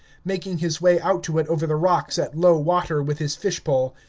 making his way out to it over the rocks at low water with his fish-pole,